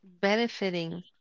benefiting